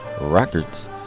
Records